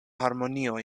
harmonio